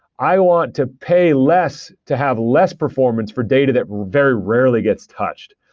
i want to pay less to have less performance for data that very rarely gets touched.